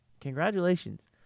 congratulations